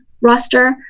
roster